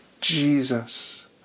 Jesus